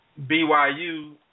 BYU